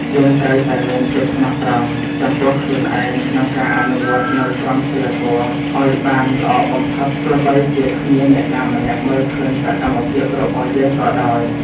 យើងត្រូវតែមានភាពស្មោះត្រង់ចំពោះខ្លួនឯងក្នុងការអនុវត្តនូវក្រមសីលធម៌ឱ្យបានល្អបំផុតទោះបីជាគ្មានអ្នកណាម្នាក់មើលឃើញសកម្មភាពរបស់យើងក៏ដោយ។